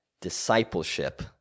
discipleship